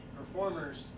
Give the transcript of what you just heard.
performers